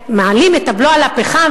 שמעלים את הבלו על הפחם,